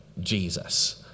Jesus